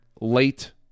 late